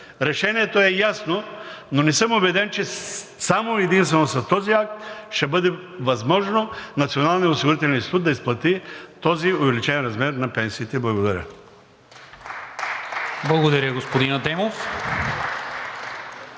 Решението е ясно, но не съм убеден, че само и единствено с този акт ще бъде възможно Националният осигурителен институт да изплати този увеличен размер на пенсиите. Благодаря.